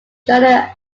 journal